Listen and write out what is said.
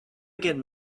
again